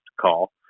call